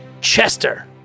chester